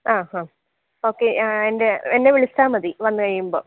ആ ഹാ ഓക്കെ ആ എൻ്റെ എന്നെ വിളിച്ചാൽ മതി വന്നു കഴിയുമ്പം